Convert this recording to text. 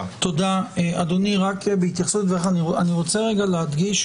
אני רוצה רגע להדגיש,